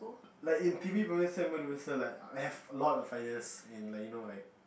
like in T_V producer and producer I have a lot of ideas in like you know in like